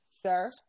sir